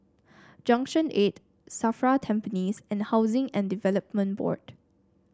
Junction Eight Safra Tampines and Housing and Development Board